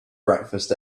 breakfast